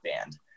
band